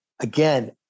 Again